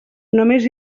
només